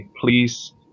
please